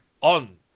on